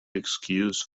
excuse